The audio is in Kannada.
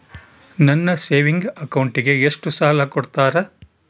ನನ್ನ ಸೇವಿಂಗ್ ಅಕೌಂಟಿಗೆ ಎಷ್ಟು ಸಾಲ ಕೊಡ್ತಾರ?